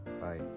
Bye